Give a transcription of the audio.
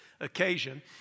occasion